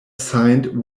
signed